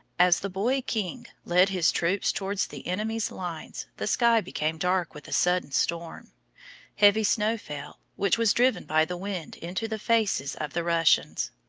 as the boy-king led his troops towards the enemy's lines the sky became dark with a sudden storm heavy snow fell, which was driven by the wind into the faces of the russians.